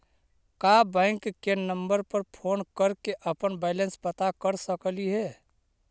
का बैंक के नंबर पर फोन कर के अपन बैलेंस पता कर सकली हे?